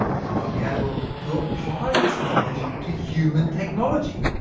we might be able to apply this knowledge to human technology.